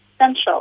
essential